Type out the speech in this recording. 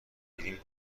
میگیریم